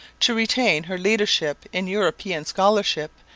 to retain her leadership in european scholarship,